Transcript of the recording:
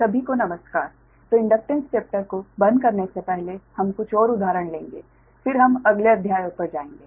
ठीक है तो इंडक्टेन्स चैप्टर को बंद करने से पहले हम कुछ और उदाहरण लेंगे फिर हम अगले अध्यायों पर जाएंगे